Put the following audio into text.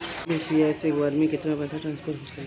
UPI से एक बार मे केतना पैसा ट्रस्फर होखे ला?